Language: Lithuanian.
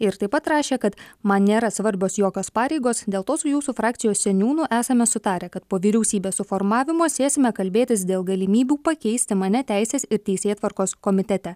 ir taip pat rašė kad man nėra svarbios jokios pareigos dėl to su jūsų frakcijos seniūnu esame sutarę kad po vyriausybės suformavimo sėsime kalbėtis dėl galimybių pakeisti mane teisės ir teisėtvarkos komitete